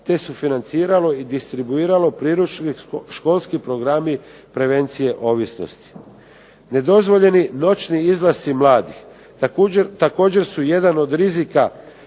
te se financiralo i distribuiralo priručnik školski programi prevencije ovisnosti. Nedozvoljeni noćni izlasci mladih također su jedan od rizika